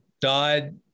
died